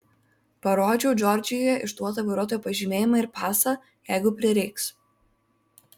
parodžiau džordžijoje išduotą vairuotojo pažymėjimą ir pasą jeigu prireiks